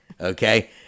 Okay